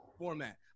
format